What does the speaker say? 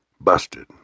Busted